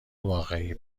واقعی